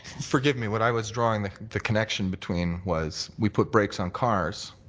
forgive me. what i was drawing the the connection between was, we put brakes on cars.